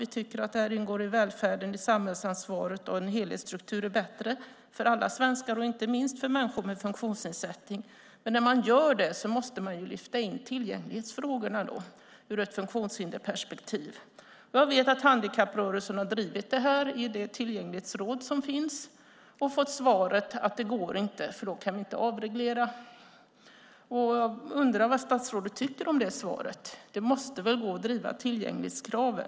Vi tycker att det här ingår i välfärden och i samhällsansvaret. Vi tycker att en helhetsstruktur är bättre för alla svenskar, och inte minst för människor med funktionsnedsättning. Man måste lyfta in tillgänglighetsfrågorna ur ett funktionshinderperspektiv. Jag vet att handikapprörelsen har drivit detta i det tillgänglighetsråd som finns och fått svaret att det inte går eftersom man inte kan avreglera då. Jag undrar vad statsrådet tycker om det svaret. Det måste väl gå att driva tillgänglighetskrav?